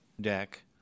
deck